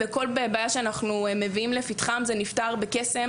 וכל בעיה שאנחנו מביאים לפתחם זה נפתר בקסם